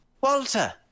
Walter